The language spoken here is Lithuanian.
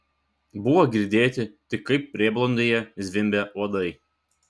buvo girdėti tik kaip prieblandoje zvimbia uodai